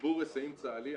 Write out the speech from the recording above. תגבור היסעים צה"לי,